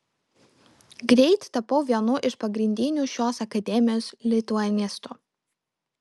greit tapau vienu iš pagrindinių šios akademijos lituanistų